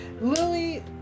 Lily